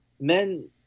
Men